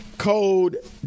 code